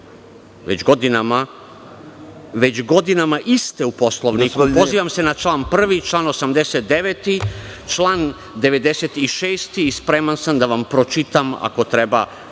već godinama iste u Poslovniku. Pozivam se na članove 1, 89. i 96. i spreman sam da vam pročitam, ako treba,